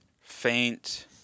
faint